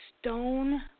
stone